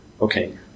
Okay